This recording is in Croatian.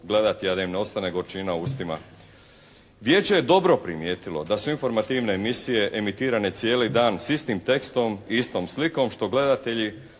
gledati a da im ne ostane gorčina u ustima. Vijeće je dobro primijetilo da su informativne emisije emitirane cijeli dan s istim tekstom i istom slikom što gledatelji